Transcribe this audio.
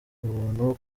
ubuntu